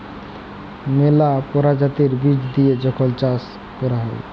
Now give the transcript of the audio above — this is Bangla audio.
ম্যালা পরজাতির বীজ দিঁয়ে যখল চাষ ক্যরা হ্যয়